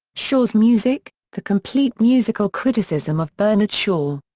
shaw's music the complete musical criticism of bernard shaw.